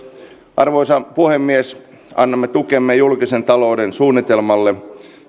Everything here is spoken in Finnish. arvoisa puhemies annamme tukemme julkisen talouden suunnitelmalle